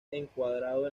encuadrado